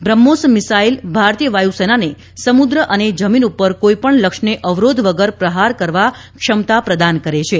BrahMos missile ભારતીય વાયુસેનાને સમુદ્ર અને જમીન પર કોઇ પણ લક્ષ્યને અવરોધ વગર પ્રહાર કરવા ક્ષમતા પ્રદાન કરે છે